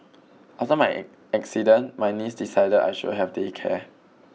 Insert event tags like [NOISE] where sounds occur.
after my [NOISE] accident my niece decided that I should have day care